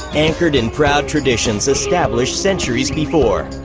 anchored in proud traditions established centuries before.